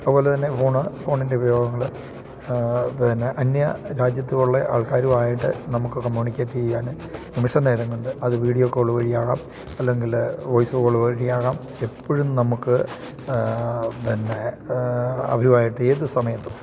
അതുപോലെതന്നെ ഫോണ് ഫോണിൻ്റെ ഉപയോഗങ്ങൾ പിന്നെ അന്യരാജ്യത്ത് ഉള്ള ആൾക്കാരുമായിട്ട് നമുക്ക് കമ്മൂണിക്കേറ്റ് ചെയ്യാനും നിമിഷനേരം കൊണ്ട് അത് വീഡിയോ കോള് വഴിയാകാം അല്ലെങ്കിൽ വോയിസ് കോള് വഴിയാകാം എപ്പോഴും നമുക്ക് പിന്നെ അവരുമായിട്ട് ഏതു സമയത്തും